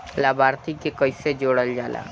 लभार्थी के कइसे जोड़ल जाला?